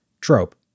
trope